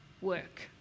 work